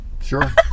Sure